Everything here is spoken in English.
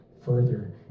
further